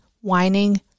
whining